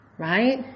Right